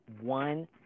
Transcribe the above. one